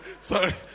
Sorry